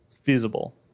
Feasible